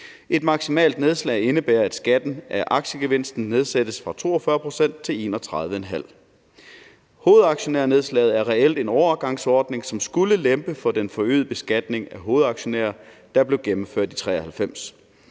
Et maksimalt nedslag indebærer, at skatten af aktiegevinsten nedsættes fra 42 pct. til 31½ pct. Hovedaktionærnedslaget er reelt en overgangsordning, som skulle lempe for den forøgede beskatning af hovedaktionærer, der blev gennemført i 1993.